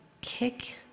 Kick